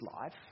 life